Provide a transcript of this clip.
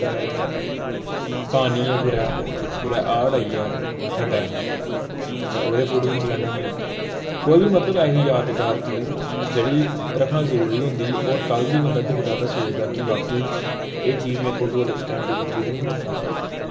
ते पानी ऐ कुतै कुतै हाड़ आई गेआ खड्डै ते ओह्दे फोटो खिच्ची लैन्ने होन्ने कोई बी मतलब ऐसी यादगार चीज जेह्ड़ी रक्खना जरूरी होंदी और कल्ल गी बंदा दिखदा ते सोचदा कि बाक्या ई एह् चीज में फोटो में उस टाईम दी खिच्ची दी ही